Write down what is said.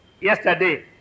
yesterday